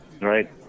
Right